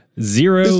Zero